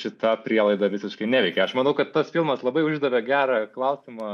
šita prielaida visiškai neveikia aš manau kad tas filmas labai uždavė gerą klausimą